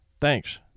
Thanks